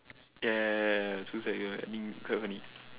ya ya ya i think quite funny